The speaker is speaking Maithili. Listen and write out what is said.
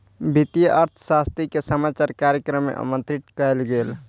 वित्तीय अर्थशास्त्री के समाचार कार्यक्रम में आमंत्रित कयल गेल